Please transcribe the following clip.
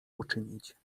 uczynić